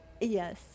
Yes